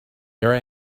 here